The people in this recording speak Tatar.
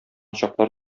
чаклар